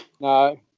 No